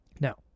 Now